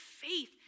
faith